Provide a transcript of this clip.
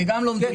זה לא מדויק.